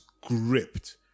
gripped